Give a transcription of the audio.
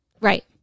right